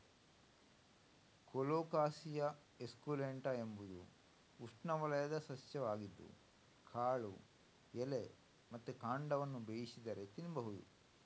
colocasia esculenta ಎಂಬುದು ಉಷ್ಣವಲಯದ ಸಸ್ಯ ಆಗಿದ್ದು ಕಾಳು, ಎಲೆ ಮತ್ತೆ ಕಾಂಡವನ್ನ ಬೇಯಿಸಿದರೆ ತಿನ್ಬಹುದು